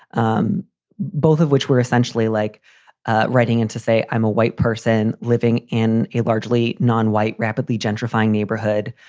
um both of which were essentially like writing in to say i'm a white person living in a largely non-white, rapidly gentrifying neighborhood.